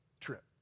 trip